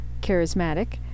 charismatic